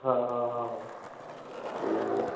ਹਾਂ ਹਾਂ ਹਾਂ ਅਤੇ